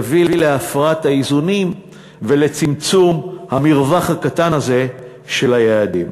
יביאו להפרת האיזונים ולצמצום המרווח הקטן הזה של היעדים.